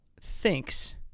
thinks